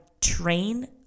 train